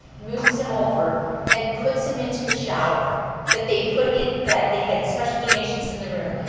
moves him over and puts him into the shower that they put in that they had special donations in the room,